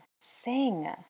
Sing